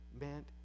meant